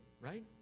right